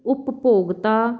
ਉਪਭੋਗਤਾ